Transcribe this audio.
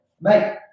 mate